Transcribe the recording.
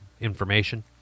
information